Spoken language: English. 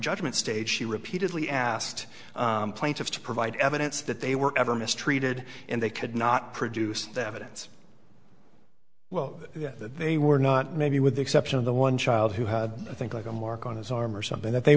judgment stage she repeatedly asked plaintiffs to provide evidence that they were ever mistreated and they could not produce the evidence well that they were not maybe with the exception of the one child who had i think like a mark on his arm or something that they